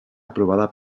aprovada